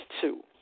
two